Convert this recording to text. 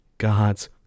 God's